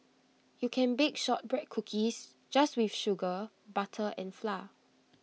you can bake Shortbread Cookies just with sugar butter and flour